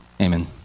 Amen